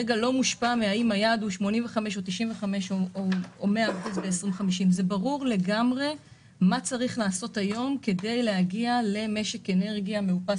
מושפע מהשאלה האם היעד הוא 85% או 95% או 100% בשנת 2050. ברור לגמרי מה צריך לעשות היום כדי להגיע למשק אנרגיה מאופס